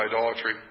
idolatry